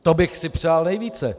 To bych si přál nejvíce.